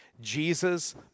Jesus